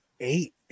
eight